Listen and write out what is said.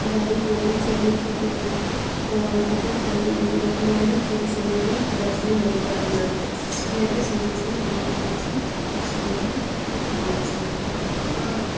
ଗାଈଗୋରୁ ଛେଳି କି କୁକୁଡ଼ା ତ ଆଦି ଆମେ ଲୋକମାନେ ଠିକ୍ ସମୟରେ ଯତ୍ନ ନେଇପାରୁ ନାହାଁନ୍ତି ଯେହେତୁ ସେମାନଙ୍କର ବହୁତ କିଛି ଅସୁବିଧା ହେଉଛି ତ